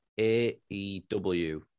AEW